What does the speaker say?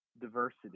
diversity